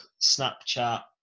Snapchat